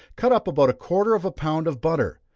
cut up about a quarter of a pound of butter.